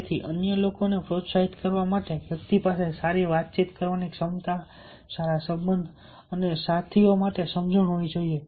તેથી અન્ય લોકોને પ્રોત્સાહિત કરવા માટે વ્યક્તિ પાસે સારી વાતચીત કરવાની ક્ષમતા સારા સંબંધ અને સાથી સાથીઓ માટે સમજણ હોવી જોઈએ